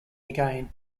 again